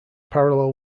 parallel